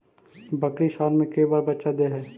बकरी साल मे के बार बच्चा दे है?